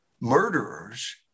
murderers